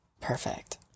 Perfect